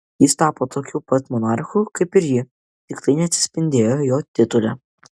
jis tapo tokiu pat monarchu kaip ir ji tik tai neatsispindėjo jo titule